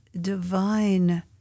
divine